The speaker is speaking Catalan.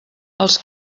els